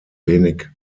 wenig